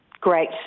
great